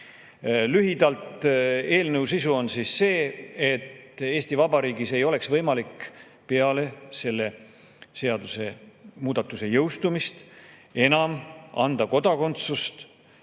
Lühidalt on eelnõu sisu see, et Eesti Vabariigis ei oleks võimalik peale selle seadusemuudatuse jõustumist enam anda kodakondsust